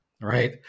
right